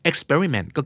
Experiment